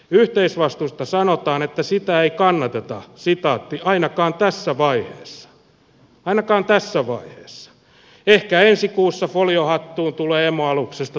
yhteisvastuusta sanotaan että sitä ei kannateta ainakaan tässä vaiheessa ainakaan tässä vaiheessa ehkä ensi kuussa foliohattuun tulee emoaluksesta toisenlainen viesti